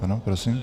Ano, prosím.